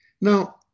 Now